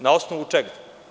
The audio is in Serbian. Na osnovu čega?